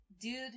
dude